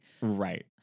Right